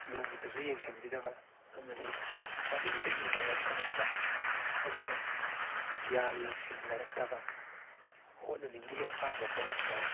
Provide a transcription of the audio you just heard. ꯅꯣꯡꯃꯇꯁꯨ ꯌꯦꯡꯁꯟꯕꯤꯗꯕ ꯑꯃꯗꯤ ꯃꯃꯤꯡꯇꯒꯤ ꯑꯣꯏꯅ ꯂꯥꯏꯔꯤꯛ ꯇꯝꯃꯛꯄ ꯑꯗꯨꯅ ꯒ꯭ꯌꯥꯟ ꯂꯧꯁꯤꯡ ꯂꯩꯔꯛꯇꯕ ꯍꯣꯠꯅꯅꯤꯡꯕꯒꯤ ꯑꯄꯥꯝꯕ ꯄꯣꯛꯂꯛꯇꯕ